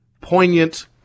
poignant